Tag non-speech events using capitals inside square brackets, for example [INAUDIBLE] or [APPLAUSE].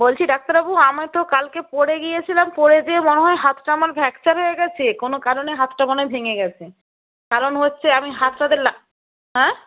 বলছি ডাক্তারবাবু আমি তো কালকে পড়ে গিয়েছিলাম পড়ে গিয়ে মনে হয় হাতটা আমার ফ্র্যাকচার হয়ে গেছে কোনো কারণে হাতটা মনে হয় ভেঙে গেছে কারণ হচ্ছে আমি হাতটাতে [UNINTELLIGIBLE] হ্যাঁ